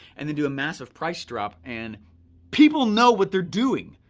and then do a massive price drop and people know what they're doing,